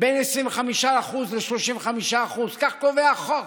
בין 25% ל-35% כך קובע החוק,